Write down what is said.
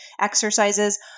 exercises